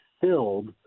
Filled